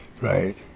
Right